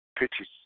Pitches